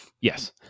yes